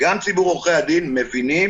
וגם ציבור עורכי הדין מבינים